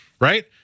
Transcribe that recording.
right